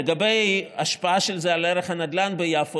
לגבי השפעה של זה על ערך הנדל"ן ביפו,